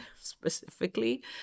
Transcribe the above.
specifically